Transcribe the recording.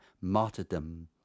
martyrdom